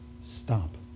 stop